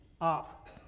up